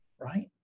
right